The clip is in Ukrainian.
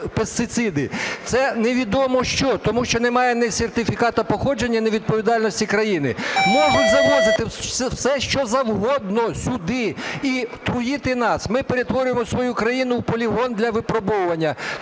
Це невідомо що, тому що немає ні сертифікату походження, ні відповідальності країни. Можуть завозити все що завгодно сюди і труїти нас. Ми перетворимо свою країну в полігон для випробовування,